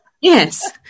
Yes